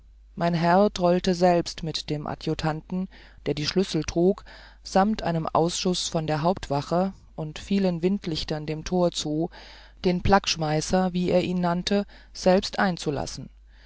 mein herr trollte selbst mit dem adjutanten der die schlüssel trug samt einem ausschuß von der hauptwacht und vielen windlichtern dem tor zu den plackschmeißer wie er ihn nannte selbst einzulassen